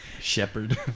shepherd